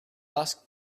ask